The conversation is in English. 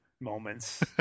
moments